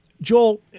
Joel